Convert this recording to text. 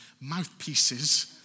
Mouthpieces